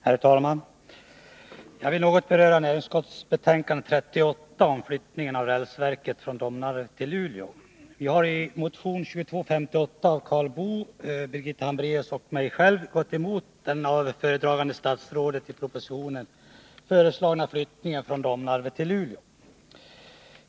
Herr talman! Jag vill beröra näringsutskottets betänkande 38 vad gäller flyttningen av rälsverket från Domnarvet till Luleå. Karl Boo, Birgitta Hambraeus och jag själv har i motion 2258 gått emot den av föredragande statsrådet i propositionen föreslagna flyttningen från Domnarvet till Luleå.